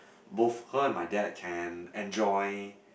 both her and my dad can enjoy